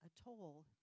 Atoll